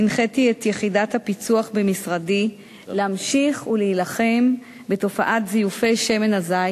הנחיתי את יחידת הפיצו"ח במשרדי להמשיך ולהילחם בתופעת זיופי שמן הזית,